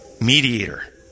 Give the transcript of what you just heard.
Mediator